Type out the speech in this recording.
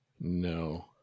No